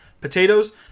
potatoes